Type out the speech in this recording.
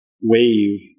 wave